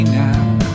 now